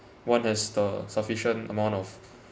one has the sufficient amount of